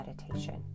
meditation